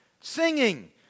Singing